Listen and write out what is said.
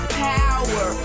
power